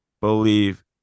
believe